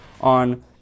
on